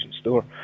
Store